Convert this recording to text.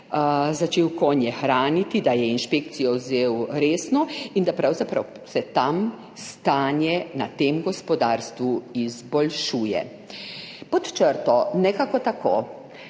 začel konje hraniti, da je inšpekcijo vzel resno in da pravzaprav se tam stanje na tem gospodarstvu izboljšuje. Pod črto nekako tako